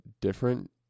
different